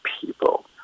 people